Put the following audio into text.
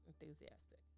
Enthusiastic